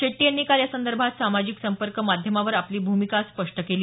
शेट्टी यांनी काल यासंदर्भात सामाजिक संपर्क माध्यमावर आपली भूमिका स्पष्ट केली